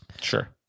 Sure